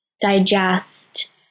digest